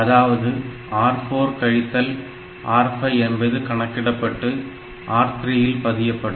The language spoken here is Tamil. அதாவது R4 கழித்தல் R5 என்பது கணக்கிடப்பட்டு R3 இல் பதியப்படும்